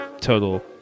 total